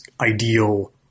ideal